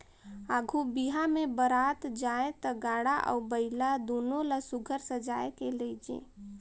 आघु बिहा मे बरात जाए ता गाड़ा अउ बइला दुनो ल सुग्घर सजाए के लेइजे